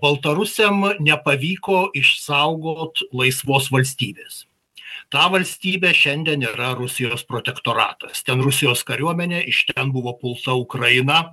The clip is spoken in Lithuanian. baltarusiam nepavyko išsaugot laisvos valstybės ta valstybė šiandien yra rusijos protektoratas ten rusijos kariuomenė iš ten buvo pulta ukraina